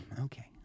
Okay